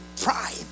pride